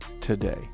today